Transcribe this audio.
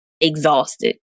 exhausted